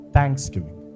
Thanksgiving